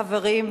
חברים,